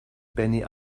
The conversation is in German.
benny